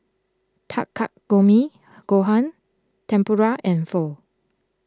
Takikomi Gohan Tempura and Pho